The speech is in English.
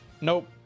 Nope